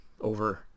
over